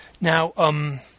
Now